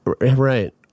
Right